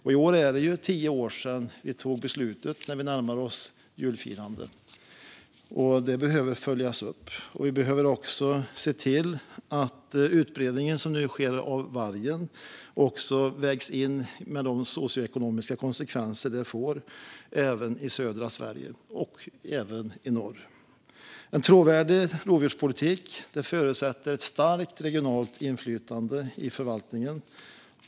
I år är det, när vi närmar oss julfirandet, tio år sedan vi fattade beslutet. Det behöver följas upp. Vi behöver också se till att den utbredning som nu sker av varg vägs in, med de socioekonomiska konsekvenser det får även i södra Sverige samt i norr. En trovärdig rovdjurspolitik förutsätter ett starkt regionalt inflytande i förvaltningen.